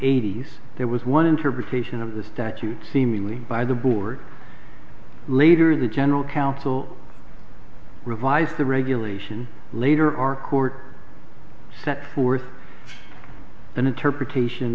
eighty's there was one interpretation of the statute seemingly by the board later in the general counsel revised the regulation later our court set forth an interpretation